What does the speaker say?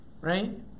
Right